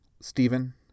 Stephen